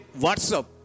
WhatsApp